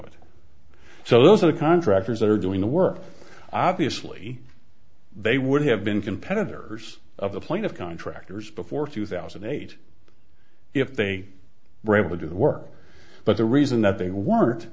it so those are the contractors that are doing the work obviously they would have been competitors of the point of contractors before two thousand and eight if they were able to do the work but the reason that they weren't